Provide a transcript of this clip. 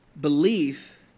Belief